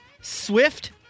Swift